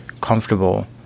comfortable